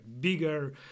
bigger